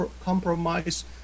compromise